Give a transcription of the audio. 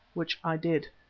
which i did.